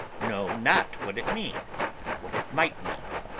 know not what it mean what it might mean.